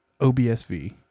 OBSV